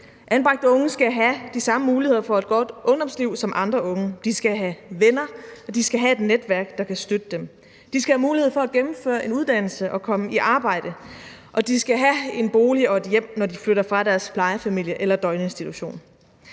Anbragte unge skal have de samme muligheder for et godt ungdomsliv som andre unge. De skal have venner, og de skal have et netværk, der kan støtte dem. De skal have mulighed for at gennemføre en uddannelse og komme i arbejde, og de skal have en bolig og et hjem, når de flytter fra deres plejefamilie eller døgninstitution.